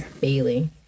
bailey